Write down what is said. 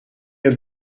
have